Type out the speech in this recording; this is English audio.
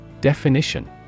Definition